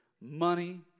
money